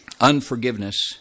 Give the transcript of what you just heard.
Unforgiveness